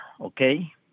okay